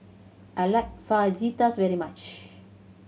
I like Fajitas very much